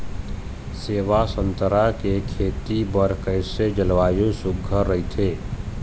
सेवा संतरा के खेती बर कइसे जलवायु सुघ्घर राईथे?